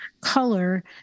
color